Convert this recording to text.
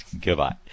Goodbye